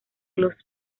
los